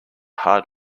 hard